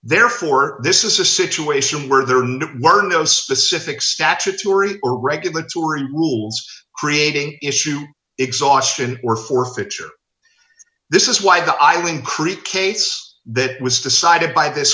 therefore this is a situation where there were no specific statutory or regulatory rules creating issue exhaustion or forfeiture this is why the island crete kates that was decided by this